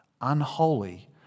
unholy